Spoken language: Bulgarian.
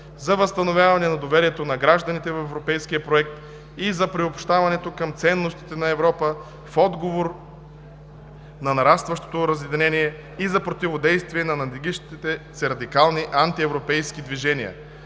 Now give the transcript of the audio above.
за възстановяване на доверието на гражданите в европейския проект и за приобщаване към ценностите на Европейския съюз в отговор на нарастващото разединение и за противодействие на надигащите се радикални антиевропейски движения;